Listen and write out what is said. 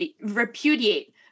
repudiate